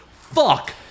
Fuck